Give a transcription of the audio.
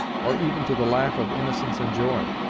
or even to the laugh of innocence and joy.